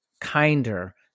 kinder